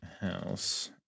House